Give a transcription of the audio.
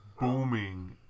booming